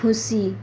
खुसी